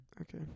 Okay